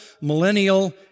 millennial